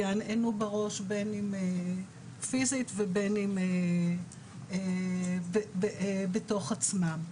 יהנהנו בראש בין אם פיזית ובין אם בתוך עצמם.